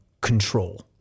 control